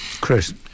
Chris